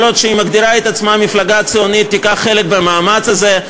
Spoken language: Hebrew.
כל עוד היא מגדירה את עצמה מפלגה ציונית תיקח חלק במאמץ הזה.